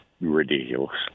ridiculous